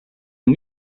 een